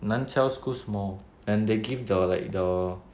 南侨 school small and they give the like the